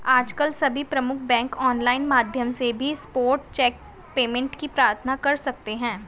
आजकल सभी प्रमुख बैंक ऑनलाइन माध्यम से भी स्पॉट चेक पेमेंट की प्रार्थना कर सकते है